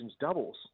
doubles